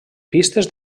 pistes